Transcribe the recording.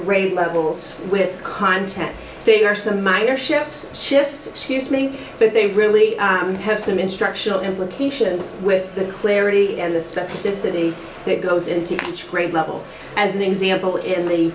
rates levels with content they are some minor ships shifts excuse me but they really have some instructional implications with the clarity and the specificity that goes into each grade level as an example in the